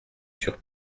sur